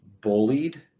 bullied